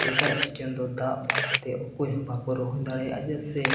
ᱮᱴᱟᱜ ᱫᱚ ᱫᱟᱜ ᱵᱟᱝᱛᱮ ᱚᱠᱚᱭ ᱦᱚᱸ ᱵᱟᱝᱠᱚ ᱨᱚᱦᱚᱭ ᱫᱟᱲᱮᱭᱟᱜᱼᱟ ᱪᱮᱫᱟᱜ ᱥᱮ